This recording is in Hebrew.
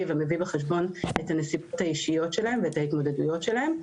ומביא בחשבון את הנסיבות האישיות שלהם ואת ההתמודדויות שלהם.